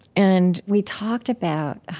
and we talked about,